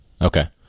Okay